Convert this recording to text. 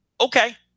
Okay